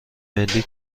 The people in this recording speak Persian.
ملی